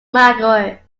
maggiore